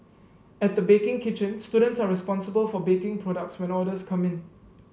at the baking kitchen students are responsible for baking products when orders come in